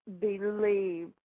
believe